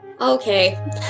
Okay